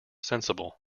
sensible